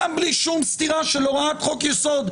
גם בלי שום סתירה של הוראת חוק יסוד,